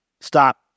stop